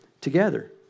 together